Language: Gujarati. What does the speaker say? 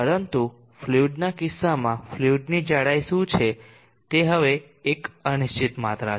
પરંતુ ફ્લુઈડના કિસ્સામાં ફ્લુઈડની જાડાઈ શું છે તે હવે એક અનિશ્ચિત માત્રા છે